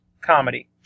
comedy